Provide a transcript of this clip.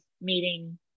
meeting